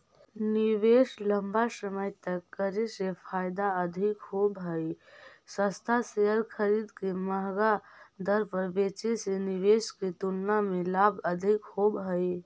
निवेश लंबा समय तक करे से फायदा अधिक होव हई, सस्ता शेयर खरीद के महंगा दर पर बेचे से निवेश के तुलना में लाभ अधिक होव हई